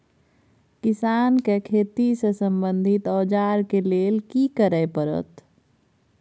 किसान के खेती से संबंधित औजार के लेल की करय परत?